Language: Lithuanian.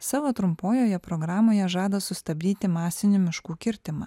savo trumpojoje programoje žada sustabdyti masinių miškų kirtimą